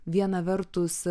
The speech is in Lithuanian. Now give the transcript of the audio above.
viena vertus